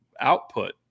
output